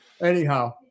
anyhow